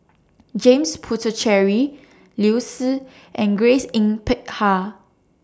James Puthucheary Liu Si and Grace Yin Peck Ha